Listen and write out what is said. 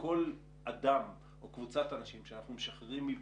וכל אדם או קבוצת אנשים שאנחנו משחררים מבידוד,